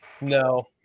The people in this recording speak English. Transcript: No